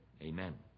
amen